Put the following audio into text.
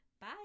Bye